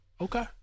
okay